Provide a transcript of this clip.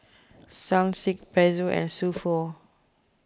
Sunsilk Pezzo and So Pho